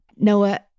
Noah